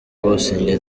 bose